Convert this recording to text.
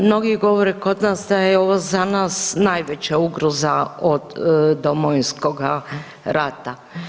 Mnogi govore kod nas da je ovo za nas najveća ugroza od Domovinskoga rata.